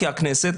ככנסת,